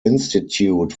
institute